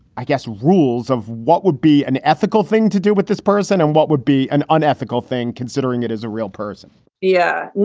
i guess, rules of what would be an ethical thing to do with this person and what would be an unethical thing, considering it as a real person yeah,